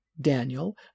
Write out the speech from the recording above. Daniel